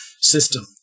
system